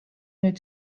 nüüd